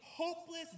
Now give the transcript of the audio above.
Hopeless